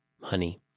Honey